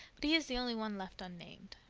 but he is the only one left unnamed.